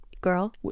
girl